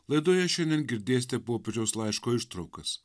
laidoje šiandien girdėsite popiežiaus laiško ištraukas